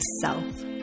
self